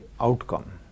outcome